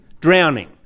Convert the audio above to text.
Drowning